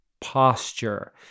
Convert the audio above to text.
posture